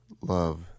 love